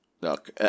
Look